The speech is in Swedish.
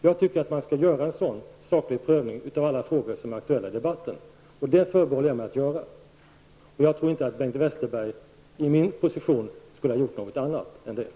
Jag anser att man skall göra en sådan saklig prövning av alla frågor som är aktuella i debatten, och det förbehåller jag mig rätten att göra. Jag tror inte att Bengt Westerberg i min position skulle ha gjort någonting annat än detta.